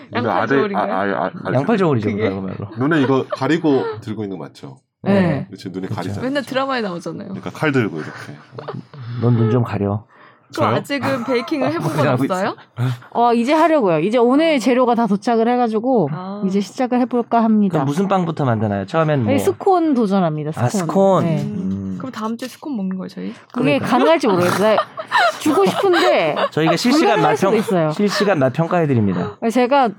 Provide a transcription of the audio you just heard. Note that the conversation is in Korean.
눈에 양팔 아래, 저울인가요? 아, 아, 아, 아, 양팔 저울이죠, 그거야, 그거야, 그거. 눈에 이거 가리고 들고 있는 거 맞죠? 네. 그치? 눈에 그쵸. 가리잖아요. 맨날 드라마에 나오잖아요. 그러니까 칼 들고 이렇게. 넌 눈 좀 가려. 저요? 그럼 아직은 베이킹을 아, 아, 해본 건 아, 하고 없어요? 있어. 어, 이제 하려고요. 이제 오늘 재료가 다 도착을 해가지고 아. 이제 시작을 해볼까 합니다. 그럼 무슨 빵부터 만드나요? 처음엔 뭐? 네, 스콘 도전합니다, 아, 스콘. 스콘. 네. 음, 그럼 다음 주에 스콘 먹는 거예요, 저희? 그러니까요. 그게 가능할지 모르겠어요. 나 주고 싶은데 저희가 실시간 불가능할 맛평- 수도 있어요. 실시간 맛평가해드립니다. 제가